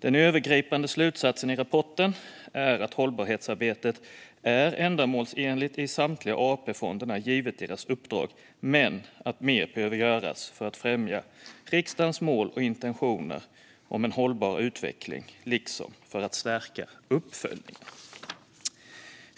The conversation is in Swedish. Den övergripande slutsatsen i rapporten är att hållbarhetsarbetet är ändamålsenligt i samtliga AP-fonder givet deras uppdrag men att mer behöver göras för att främja riksdagens mål och intentioner om en hållbar utveckling liksom för att stärka uppföljningen.